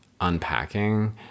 unpacking